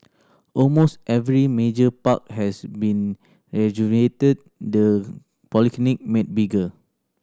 almost every major park has been rejuvenated the polyclinic made bigger